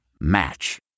Match